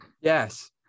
Yes